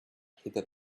heather